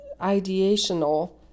ideational